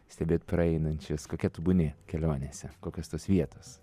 stebėt praeinančius kokia tu būni kelionėse kokios tos vietos